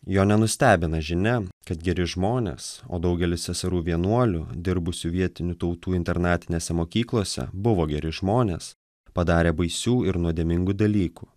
jo nenustebina žinia kad geri žmonės o daugelis seserų vienuolių dirbusių vietinių tautų internatinėse mokyklose buvo geri žmonės padarė baisių ir nuodėmingų dalykų